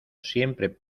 siempre